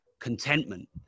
contentment